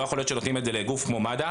לא יכול להיות שנותנים את זה לגוף כמו מד"א,